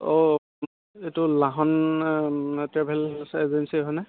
অঁ এইটো লাহন ট্ৰেভেলছ এজেঞ্চি হয়নে